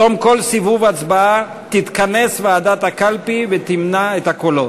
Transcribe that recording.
בתום כל סיבוב הצבעה תתכנס ועדת הקלפי ותמנה את הקולות.